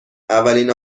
اولین